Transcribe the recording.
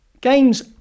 Games